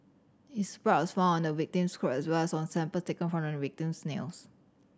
his blood was found on the victim's clothes as well as on samples taken from the victim's nails